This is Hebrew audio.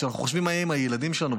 כי כשאנחנו חושבים מה יהיה עם הילדים שלנו,